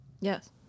Yes